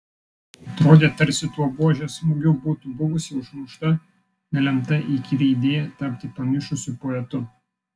atrodė tarsi tuo buožės smūgiu būtų buvusi užmušta nelemta įkyri idėja tapti pamišusiu poetu